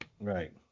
Right